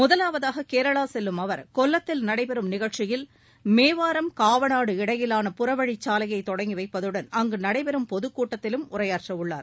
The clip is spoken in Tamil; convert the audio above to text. முதலாவதாக கேரளா செல்லும் அவர் கொல்லத்தில் நடைபெறும் நிகழ்ச்சியில் மேவாரம் காவநாடு இடையிலான புறவழிச்சாலையை தொடங்கி வைப்பதுடன் அங்கு நடைபெறும் பொதுக்கூட்டத்திலும் உரையாற்ற உள்ளார்